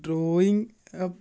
drawing